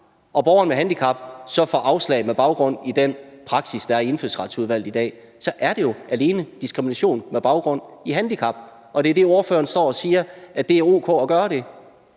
og borgeren med handicap så får afslag med baggrund i den praksis, der er i Indfødsretsudvalget i dag, så er der jo tale om diskrimination alene med baggrund i handicap, og det, ordføreren står og siger, er, at det er o.k. at gøre det.